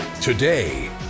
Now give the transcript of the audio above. Today